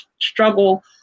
struggle